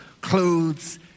clothes